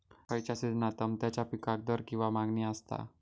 खयच्या सिजनात तमात्याच्या पीकाक दर किंवा मागणी आसता?